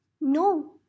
no